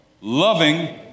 Loving